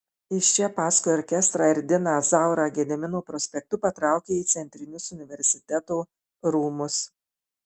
iš čia paskui orkestrą ir diną zaurą gedimino prospektu patraukė į centrinius universiteto rūmus